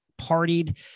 partied